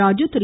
Raju Thiru